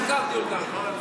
חקרתי אותם,